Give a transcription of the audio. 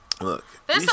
Look